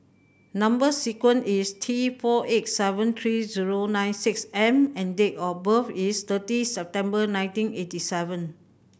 number sequence is T four eight seven three zero nine six M and date of birth is thirty September nineteen eighty seven